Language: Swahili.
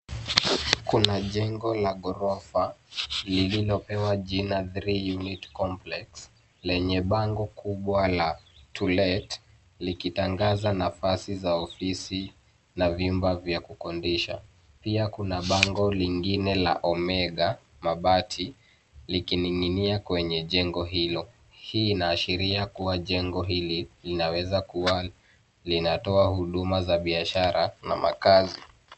Kuna jengo la ghorofa lilipewa jina Three Unit Complex lenje bango kubwa la To Let likitangaza nafasi za ofisi na vyumba vya kukodisha. Pia kuna bango lingine la Omega Mabati likining'inia kwenye jengo hilo. Hii inaashiria kuwa jengo hili linaweza kuwa linatoa huduma za biashara na makazi.